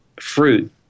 fruit